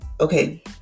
okay